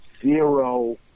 zero